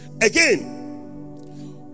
again